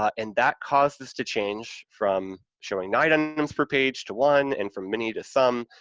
ah and that caused this to change from showing nine and items per page to one and from many to some,